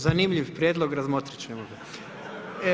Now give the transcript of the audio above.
Zanimljiv prijedlog, razmotrit ćemo ga.